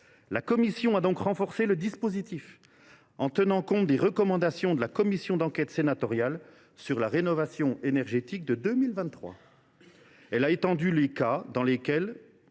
La commission a donc renforcé le dispositif, en tenant compte des recommandations de la commission d’enquête sénatoriale sur la rénovation énergétique de 2023. Elle a étendu les cas dans lesquels